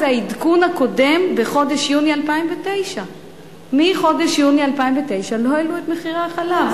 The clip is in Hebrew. העדכון הקודם בחודש יוני 2009. מחודש יוני 2009 לא העלו את מחירי החלב.